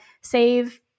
save